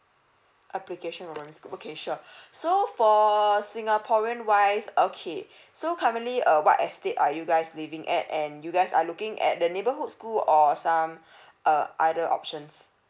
application okay sure so for singaporean wise okay so currently uh what estate are you guys living at and you guys are looking at the neighbourhood school or some uh other options